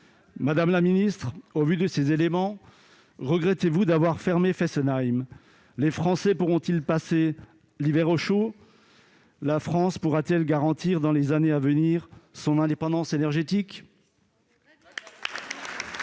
Mme la ministre regrette-t-elle d'avoir fermé Fessenheim ? Les Français pourront-ils passer l'hiver au chaud ? La France pourra-t-elle garantir dans les années à venir son indépendance énergétique ? La parole est